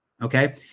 Okay